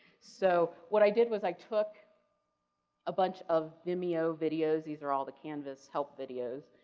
so, what i did was i took a bunch of vimeo videos, these are all the canvas help videos,